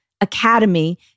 academy